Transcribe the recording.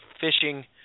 fishing